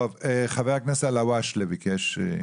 חבר הכנסת אלהואשלה ביקש.